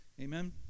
Amen